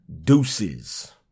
deuces